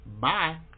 bye